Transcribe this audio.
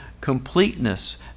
completeness